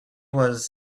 was